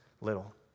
little